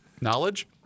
Knowledge